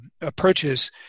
approaches